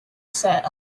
set